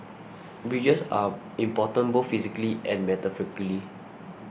bridges are important both physically and metaphorically